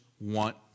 want